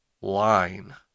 line